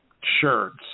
shirts